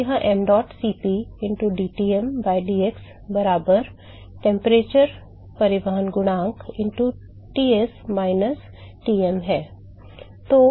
तो यह mdot Cp into dTm by dx बराबर ताप परिवहन गुणांक into Ts minus ™ है